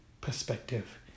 perspective